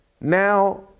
now